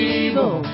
evil